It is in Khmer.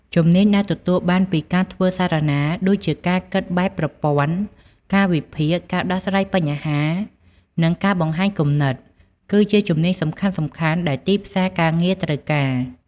ជំនាញដែលទទួលបានពីការធ្វើសារណា ដូចជាការគិតបែបប្រព័ន្ធ ការវិភាគ ការដោះស្រាយបញ្ហា និងការបង្ហាញគំនិត គឺជាជំនាញសំខាន់ៗដែលទីផ្សារការងារត្រូវការ។